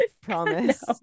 promise